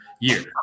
year